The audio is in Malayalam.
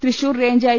Thrissur range I